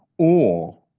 all,